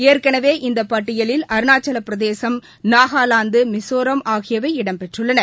ஏற்கனவே இந்த பட்டியலில் அருணாச்சல பிரதேசம் நாகாலாந்து மிஸோராம் ஆகியவை இடம்பெற்றுள்ளன